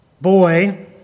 boy